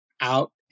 out